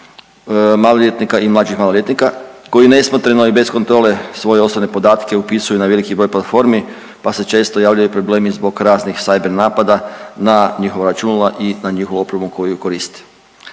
maloljetnika i mlađih maloljetnika koji nesmotreno i bez kontrole svoje osobne podatke upisuju na veliki broj platformi pa se često javljaju problemi zbog raznih cyber napada na njihova računala i na njihovu opremu koju koriste.